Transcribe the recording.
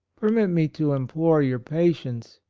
permit me to implore your patience,